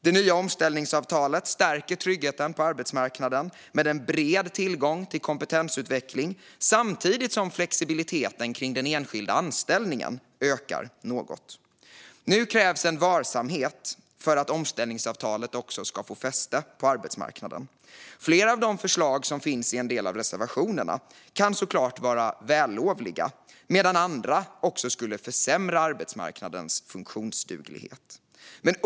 Det nya omställningsavtalet stärker tryggheten på arbetsmarknaden med en bred tillgång till kompetensutveckling samtidigt som flexibiliteten kring den enskilda anställningen ökar något. Nu krävs en varsamhet för att omställningsavtalet också ska få fäste på arbetsmarknaden. Flera av de förslag som finns i en del av reservationerna kan såklart vara vällovliga, medan andra skulle försämra arbetsmarknadens funktionsduglighet.